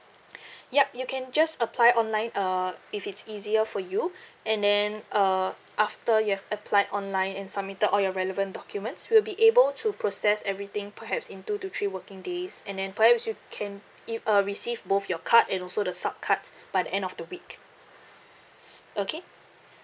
yup you can just apply online uh if it's easier for you and then uh after you have applied online and submitted all your relevant documents we'll be able to process everything perhaps in two to three working days and then perhaps you can if uh receive both your card and also the sup cards by the end of the week okay